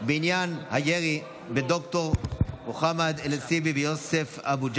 בעניין הירי בד"ר מוחמד אלעסיבי ויוסף אבו ג'אבר,